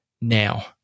now